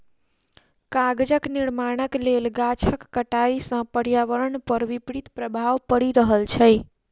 कागजक निर्माणक लेल गाछक कटाइ सॅ पर्यावरण पर विपरीत प्रभाव पड़ि रहल छै